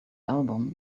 album